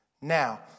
Now